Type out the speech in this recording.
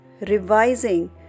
revising